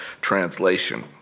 translation